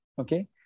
Okay